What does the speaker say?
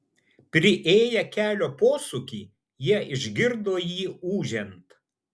priėję kelio posūkį jie išgirdo jį ūžiant